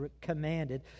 commanded